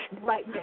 Right